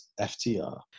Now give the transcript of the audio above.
FTR